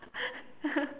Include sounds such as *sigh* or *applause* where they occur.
*laughs*